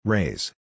Raise